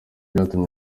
byatumye